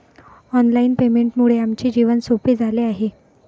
online पेमेंटमुळे आमचे जीवन सोपे झाले आहे